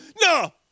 No